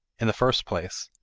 in the first place,